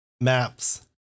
maps